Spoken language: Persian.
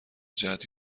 جهت